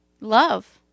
Love